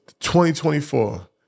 2024